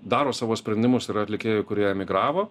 daro savo sprendimus yra atlikėjai kurie emigravo